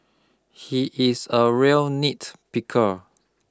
he is a real nitpicker